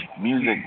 music